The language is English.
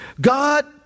God